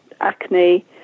acne